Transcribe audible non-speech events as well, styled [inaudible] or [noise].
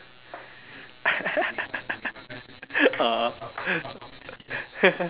[laughs] ah [laughs]